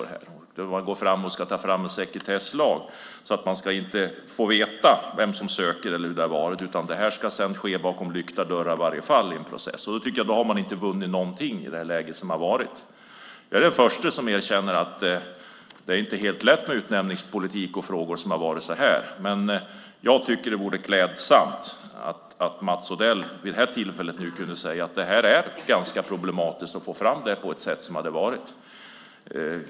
Det ska nu tas fram en sekretesslag så att man inte ska få veta vem som söker, utan processen ska ske bakom lyckta dörrar. Då tycker jag inte att man har vunnit någonting. Jag är den förste att erkänna att det inte är helt lätt med utnämningspolitik, men det vore klädsamt om också Mats Odell nu kunde säga att det är ganska problematiskt.